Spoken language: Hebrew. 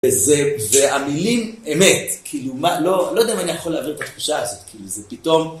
וזה, והמילים, אמת, כאילו, לא יודע אם אני יכול להעביר את התחושה הזאת, כאילו, זה פתאום...